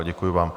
Děkuji vám.